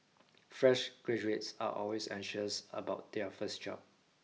fresh graduates are always anxious about their first job